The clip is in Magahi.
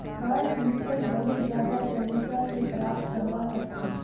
शार्ट वित्तक बहुत ज्यादा तरीका स प्राप्त करवा सख छी